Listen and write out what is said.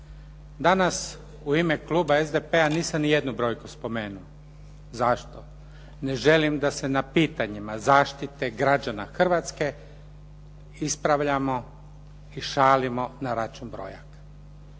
Danas u ime kluba SDP-a nisam niti jednu brojku spomenuo. Zašto? Ne želim da se na pitanjima zaštite građana Hrvatske ispravljamo i šalimo na račun brojaka.